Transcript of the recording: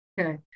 Okay